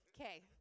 Okay